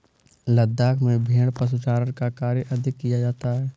लद्दाख में भेड़ पशुचारण का कार्य अधिक किया जाता है